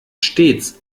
stets